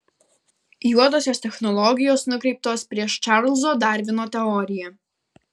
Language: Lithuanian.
juodosios technologijos nukreiptos prieš čarlzo darvino teoriją